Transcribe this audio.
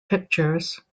pictures